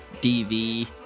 DV